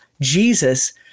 jesus